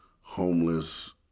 homeless